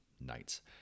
nights